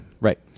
Right